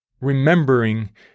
remembering